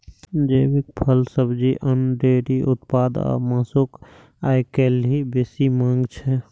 जैविक फल, सब्जी, अन्न, डेयरी उत्पाद आ मासुक आइकाल्हि बेसी मांग छै